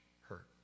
hurt